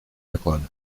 доклада